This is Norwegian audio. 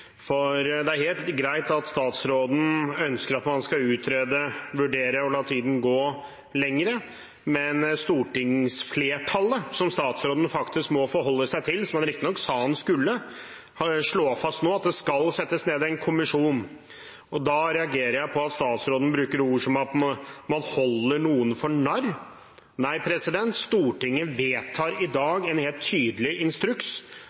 Det er helt greit at statsråden ønsker at man skal utrede, vurdere og la tiden gå lenger, men stortingsflertallet, som statsråden faktisk må forholde seg til, og som han riktig nok sa han skulle, slår fast nå at det skal settes ned en kommisjon. Da reagerer jeg på at statsråden bruker ord som «å holde noen for narr». Nei, Stortinget vedtar i dag en helt tydelig instruks